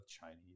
Chinese